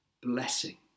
blessing